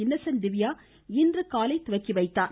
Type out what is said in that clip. Innocent Divya இன்று காலை துவக்கி வைத்தார்